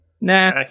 nah